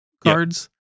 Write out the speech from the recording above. cards